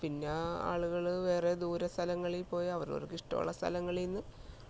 പിന്നെ ആളുകൾ വേറെ ദൂരെ സ്ഥലങ്ങളിൽ പോയി അവരവർക്ക് ഇഷ്ടമുള്ള സ്ഥലങ്ങളിൽനിന്ന്